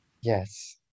Yes